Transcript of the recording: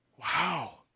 Wow